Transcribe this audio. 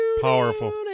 Powerful